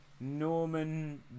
Norman